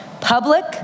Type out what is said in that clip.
public